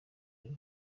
ribe